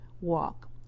walk